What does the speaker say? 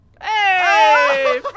Hey